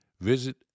visit